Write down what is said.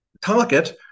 target